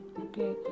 Okay